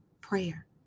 prayer